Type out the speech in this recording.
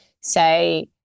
say